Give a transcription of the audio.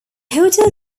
hotel